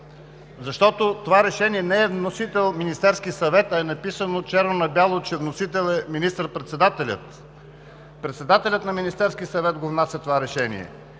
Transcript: защото на това решение не е вносител Министерският съвет, а е написано черно на бяло, че вносител е министър-председателят? Председателят на Министерския съвет го внася това решение